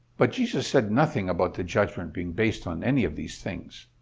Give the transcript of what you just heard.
but jesus says nothing about the judgment being based on any of these things.